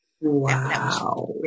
Wow